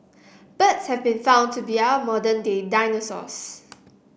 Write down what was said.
birds have been found to be our modern day dinosaurs